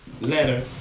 letter